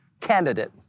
candidate